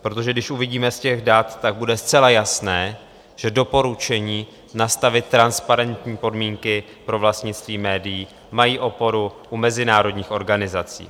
Protože když uvidíme z těch dat, tak bude zcela jasné, že doporučení nastavit transparentní podmínky pro vlastnictví médií mají oporu u mezinárodních organizací.